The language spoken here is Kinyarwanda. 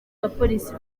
bapolisi